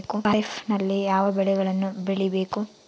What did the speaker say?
ಖಾರೇಫ್ ನಲ್ಲಿ ಯಾವ ಬೆಳೆಗಳನ್ನು ಬೆಳಿಬೇಕು?